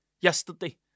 yesterday